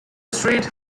street